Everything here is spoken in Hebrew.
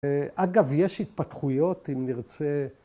‫אגב, יש התפתחויות, אם נרצה...